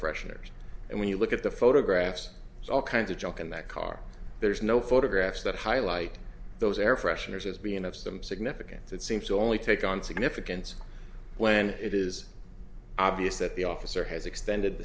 fresheners and when you look at the photographs it's all kinds of junk in that car there's no photographs that highlight those air fresheners as being of some significance that seems to only take on significance when it is obvious that the officer has extended